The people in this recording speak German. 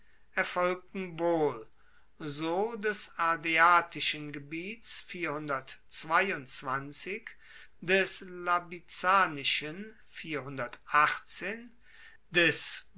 erfolgten wohl so des ardeatischen gebiets des